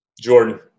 Jordan